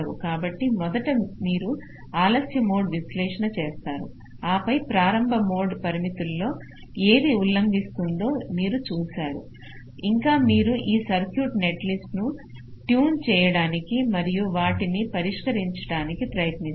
కాబట్టి మొదట మీరు ఆలస్య మోడ్ విశ్లేషణ చేస్తారు ఆపై ప్రారంభ మోడ్ పరిమితుల్లో ఏది ఉల్లంఘిస్తుందో మీరు చూస్తారు ఇంకా మీరు ఈ సర్క్యూట్ నెట్లిస్ట్ను ట్యూన్ చేయడానికి మరియు వాటిని పరిష్కరించడానికి ప్రయత్నిస్తారు